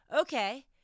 okay